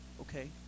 okay